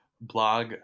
blog